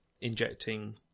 injecting